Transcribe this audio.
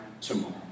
tomorrow